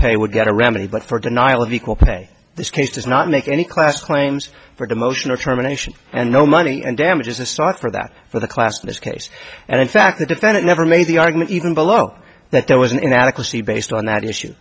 pay would get a remedy but for denial of equal pay this case does not make any class claims for emotional terminations and no money and damages is sought for that for the class in this case and in fact the defendant never made the argument even below that there was an inadequacy based on that issue